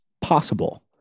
possible